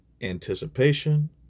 anticipation